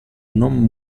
non